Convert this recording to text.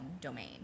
domain